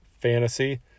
Fantasy